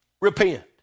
Repent